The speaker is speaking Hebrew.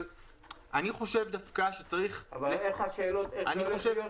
אבל אין לך שאלות איך זה הולך להיות?